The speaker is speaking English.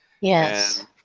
Yes